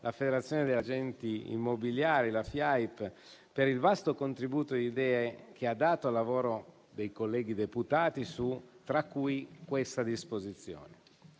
la Federazione degli agenti immobiliari per il vasto contributo di idee che ha dato al lavoro dei colleghi deputati, tra cui questa disposizione.